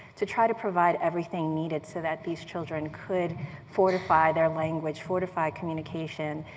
to try to provide everything needed, so that these children could fortify their language, fortify communication.